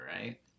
right